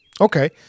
Okay